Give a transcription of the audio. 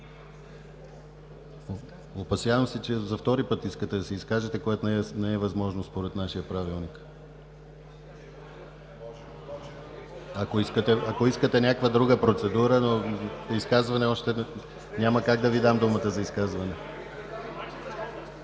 Опасявам се, че за втори път искате да се изкажете, което не е възможно според нашия Правилник. Ако искате друга процедура, но за още изказване – няма как да Ви дам думата. Има